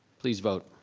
please vote.